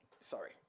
Sorry